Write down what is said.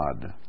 God